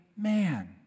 man